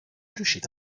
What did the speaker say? riuscita